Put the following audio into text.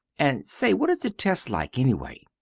and say what does it test like ennyway?